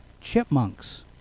chipmunks